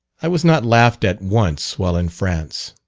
i was not laughed at once while in france.